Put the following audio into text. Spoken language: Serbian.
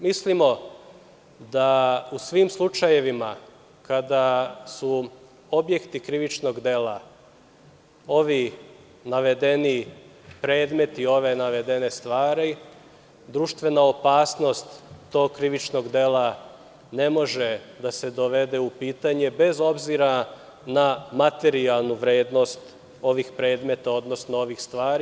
Mislimo da u svim slučajevima kada su objekti krivičnog dela ovi navedeni predmeti, ove navedene stvari društvena opasnost tog krivičnog dela ne mogu da se dovedu u pitanje bez obzira na materijalnu vrednost ovih predmeta, odnosno ovih stvari.